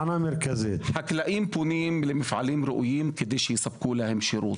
חקלאים פונים למפעל ראויים כדי שיספקו להם שירות.